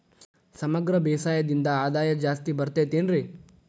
ಸಮಗ್ರ ಬೇಸಾಯದಿಂದ ಆದಾಯ ಜಾಸ್ತಿ ಬರತೈತೇನ್ರಿ?